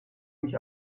mich